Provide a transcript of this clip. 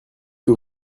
que